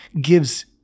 gives